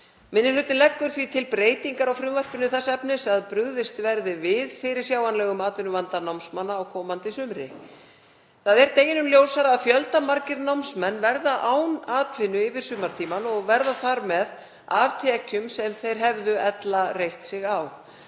Minni hlutinn leggur því til breytingar á frumvarpinu þess efnis að brugðist verði við fyrirsjáanlegum atvinnuvanda námsmanna á komandi sumri. Það er deginum ljósara að fjöldamargir námsmenn verða án atvinnu yfir sumartímann og verða þar með af tekjum sem þeir hefðu ella reitt sig á.